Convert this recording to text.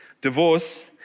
divorce